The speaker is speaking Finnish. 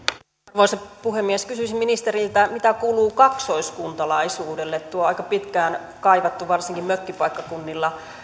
arvoisa puhemies kysyisin ministeriltä mitä kuuluu kaksoiskuntalaisuudelle tuo aika pitkään varsinkin mökkipaikkakunnilla